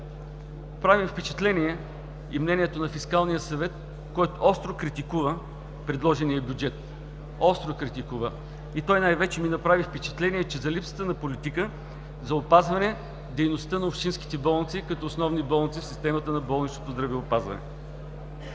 Прави ми впечатление и мнението на Фискалния съвет, който остро критикува предложения бюджет най-вече – направи ми впечатление – за липсата на политика, за опазване дейността на общинските болници като основни болници в системата на болничното здравеопазване.